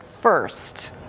first